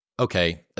okay